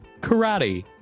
Karate